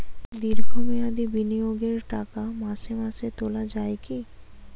দীর্ঘ মেয়াদি বিনিয়োগের টাকা মাসে মাসে তোলা যায় কি?